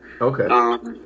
Okay